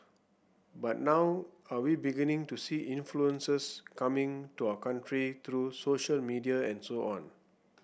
but now are we beginning to see influences coming to our country through social media and so on